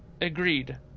Agreed